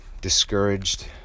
discouraged